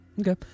Okay